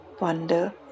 wonder